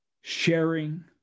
sharing